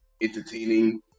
entertaining